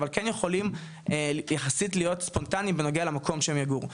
אבל כן יכולים יחסית להיות ספונטניים בנוגע למקום שהם יגורו,